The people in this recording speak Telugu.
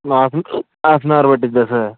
హాఫ్ హాఫ్ ఎన్ అవర్ పట్టిద్దా సార్